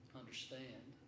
understand